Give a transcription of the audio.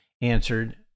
answered